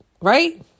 right